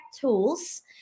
tools